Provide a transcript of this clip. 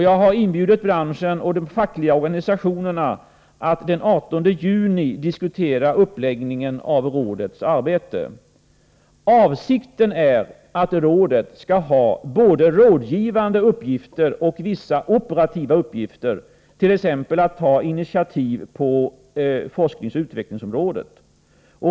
Jag har inbjudit branschen och de fackliga organisationerna att den 18 juni diskutera uppläggningen av rådets arbete. Avsikten är att rådet skall ha både rådgivande uppgifter och vissa operativa uppgifter, t.ex. att ta initiativ på forskningsoch utvecklingsområdet.